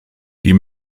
die